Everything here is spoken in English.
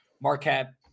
Marquette